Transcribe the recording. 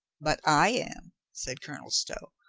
but i am, said colonel stow,